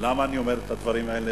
למה אני אומר את הדברים האלה,